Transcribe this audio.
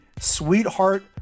sweetheart